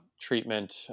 treatment